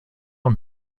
und